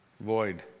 void